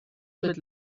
mit